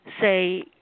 say